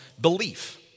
belief